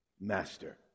master